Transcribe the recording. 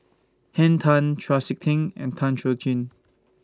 Henn Tan Chau Sik Ting and Tan Chuan Jin